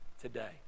today